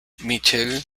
michel